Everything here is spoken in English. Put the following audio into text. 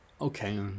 Okay